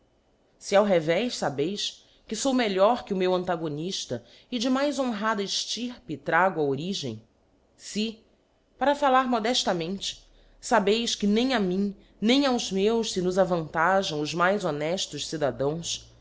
se ao revés labeis que fou melhor que o meu antagoniíla e de mais honrada eftirpe trago a origem fe para fallar modeftamente fabeis que nem a mim nem aos meus fe nos avantajam os mais honeftos cidadãos